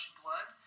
blood